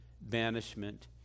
banishment